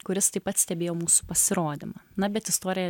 kuris taip pat stebėjo mūsų pasirodymą na bet istorija